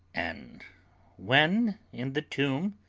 and when in the tomb?